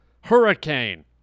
hurricane